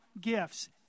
gifts